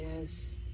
Yes